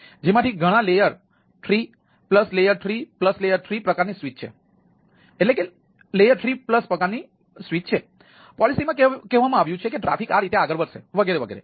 તેથી પોલિસીમાં કહેવામાં આવ્યું છે કે ટ્રાફિક આ રીતે આગળ વધશે વગેરે વગેરે